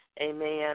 amen